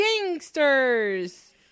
gangsters